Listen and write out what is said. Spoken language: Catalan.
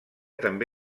també